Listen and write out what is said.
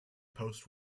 post